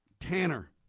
Tanner